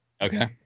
Okay